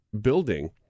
building